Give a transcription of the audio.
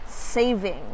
saving